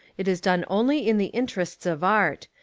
it is done only in the interests of art,